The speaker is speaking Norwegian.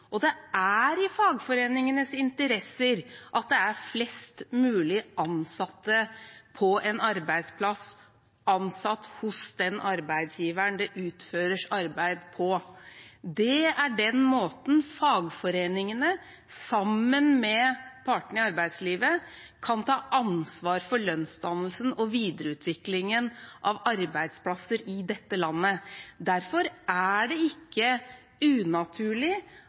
Og det er i fagforeningenes interesse at flest mulig ansatte på en arbeidsplass er ansatt hos den arbeidsgiveren det utføres arbeid for. Det er den måten fagforeningene, sammen med partene i arbeidslivet, kan ta ansvar for lønnsdannelsen og videreutviklingen av arbeidsplasser i dette landet. Derfor er det ikke unaturlig